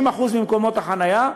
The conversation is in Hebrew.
30% ממקומות החניה,